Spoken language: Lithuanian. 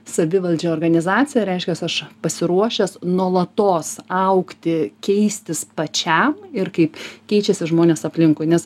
savivaldžią organizaciją reiškias aš pasiruošęs nuolatos augti keistis pačiam ir kaip keičiasi žmonės aplinkui nes